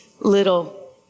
little